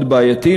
מאוד בעייתי,